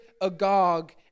agog